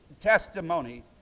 testimony